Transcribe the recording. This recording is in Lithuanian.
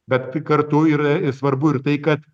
bet kartu ir a svarbu ir tai kad